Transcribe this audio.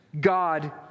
God